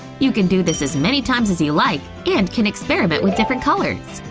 you can do this as many times as you like and can experiment with different colors.